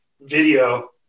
video